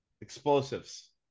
explosives